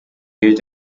gilt